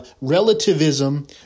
relativism